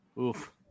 Oof